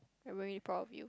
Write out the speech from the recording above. I very proud of you